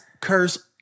curse